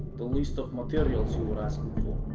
the list of materials were asking